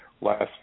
last